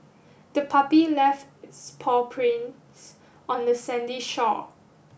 the puppy left its paw prints on the sandy shore